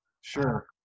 Sure